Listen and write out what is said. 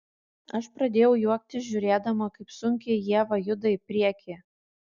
aš pradėjau juoktis žiūrėdama kaip sunkiai ieva juda į priekį